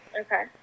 Okay